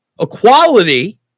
equality